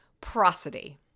Prosody